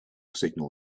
signal